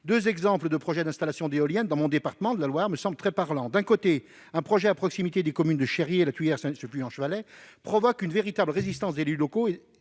Deux exemples de projets d'installation d'éoliennes dans mon département de la Loire me semblent très parlants. D'un côté, un projet à proximité des communes de Cherier, La Tuilière et Saint-Just-en-Chevalet, provoque une véritable résistance des élus locaux